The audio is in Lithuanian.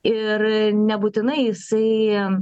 ir nebūtinai jisai